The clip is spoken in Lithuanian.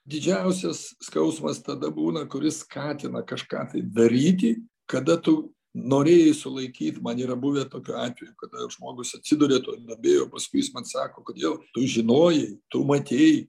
didžiausias skausmas tada būna kuris skatina kažką tai daryti kada tu norėjai sulaikyt man yra buvę tokių atvejų kada žmogus atsiduria toj duobėj o paskui jis man sako kodėl tu žinojai tu matei